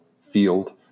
field